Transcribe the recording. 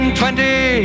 twenty